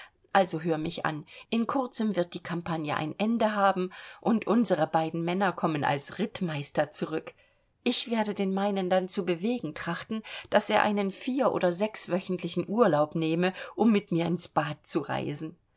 also hör mich an in kurzem wird die campagne ein ende haben und unsere beiden männer kommen als rittmeister zurück ich werde den meinen dann zu bewegen trachten daß er einen vier oder sechswöchentlichen urlaub nehme um mit mir ins bad zu reisen